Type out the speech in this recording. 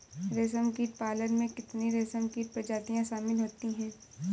रेशमकीट पालन में कितनी रेशमकीट प्रजातियां शामिल होती हैं?